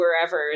wherever